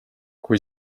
kui